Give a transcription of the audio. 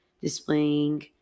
displaying